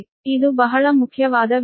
ಇದು ಬಹಳ ಮುಖ್ಯವಾದ ವಿಷಯ